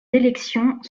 élections